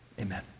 Amen